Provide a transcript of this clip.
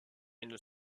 une